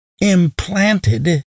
implanted